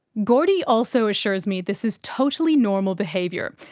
gordi also assures me this is totally normal behaviour,